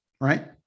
Right